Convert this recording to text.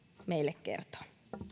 meille kertoo